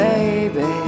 Baby